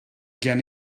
gen